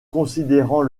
considérant